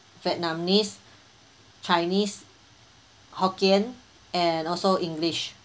vietnamese chinese hokkien and also english